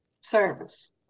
service